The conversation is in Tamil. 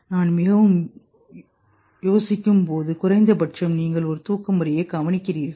நான் மிகவும் யோசிக்கும்போது குறைந்தபட்சம் நீங்கள் ஒரு தூக்க முறையை கவனிக்கிறீர்கள்